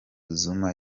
zuma